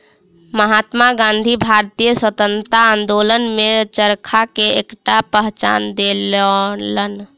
महात्मा गाँधी भारतीय स्वतंत्रता आंदोलन में चरखा के एकटा पहचान दियौलैन